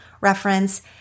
reference